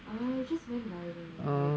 uh it just went viral like